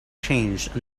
changed